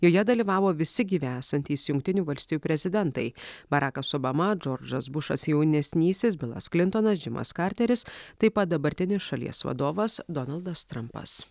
joje dalyvavo visi gyvi esantys jungtinių valstijų prezidentai barakas obama džordžas bušas jaunesnysis bilas klintonas džimas karteris taip pat dabartinis šalies vadovas donaldas trampas